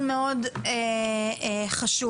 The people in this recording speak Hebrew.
זהו נושא מאוד מאוד חשוב